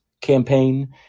campaign